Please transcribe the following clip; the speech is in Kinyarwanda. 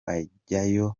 ajyayo